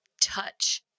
touch